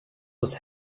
was